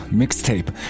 mixtape